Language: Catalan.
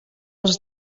els